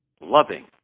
loving